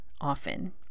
often